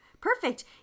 Perfect